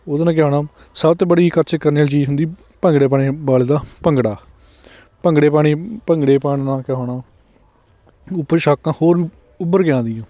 ਉਹਦੇ ਨਾਲ ਕਿਆ ਹੋਣਾ ਸਭ ਤੋਂ ਬੜੀ ਖਰਚੇ ਕਰਨ ਵਾਲੀ ਚੀਜ਼ ਹੁੰਦੀ ਭੰਗੜੇ ਪਾਉਣੇ ਵਾਲੇ ਦਾ ਭੰਗੜਾ ਭੰਗੜੇ ਪਾਉਣੇ ਭੰਗੜੇ ਪਾਉਣ ਨਾਲ ਕਿਆ ਹੋਣਾ ਉਹ ਪੁਸ਼ਾਕਾਂ ਹੋਰ ਉੱਭਰ ਕੇ ਆਉਂਦੀਆਂ